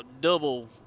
double